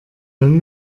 dann